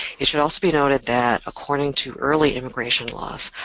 it should also be noted that, according to early immigration laws,